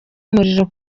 umuriro